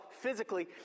physically